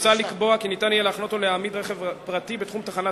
מוצע לקבוע כי יהיה מותר להחנות או להעמיד רכב פרטי בתחום תחנת